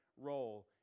role